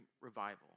revival